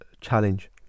challenge